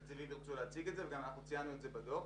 ציינו זאת בדוח ואני מאמין שנציגי האוצר יציינו זאת אף הם.